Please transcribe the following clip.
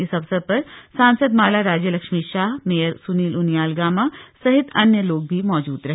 इस अवसर पर सांसद माला राज्यलक्ष्मी शाह मेयर सुनील उनियाल गामा सहित अन्य लोग भी मौजूद रहे